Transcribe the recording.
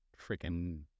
freaking